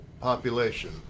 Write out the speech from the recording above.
population